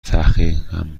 تحقیقم